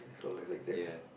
it's only like that